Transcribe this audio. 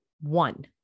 One